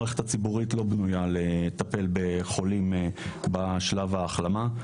המערכת הציבורית לא בנויה לטפל ברופאים בשלב ההחלמה.